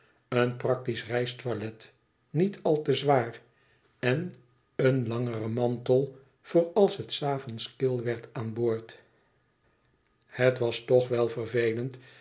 een praktisch reistoilet niet al te zwaar en een langere mantel voor als het s avonds kil werd aan boord het was toch wel vervelend